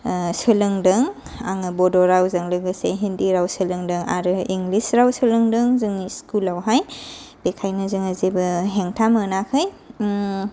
सोलोंदों आङो बड' रावजों लोगोसे हिन्दि राव सोलोंदों आरो इंलिस राव सोलोंदों जोंनि स्कुलावहाय बेखायनो जोङो जेबो हेंथा मोनाखै